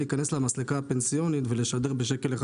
להיכנס למסלקה הפנסיונית ולשדר בשקל אחד